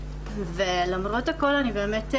למרות הכול, אני משתדלת